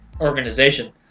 organization